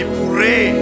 pray